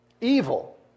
Evil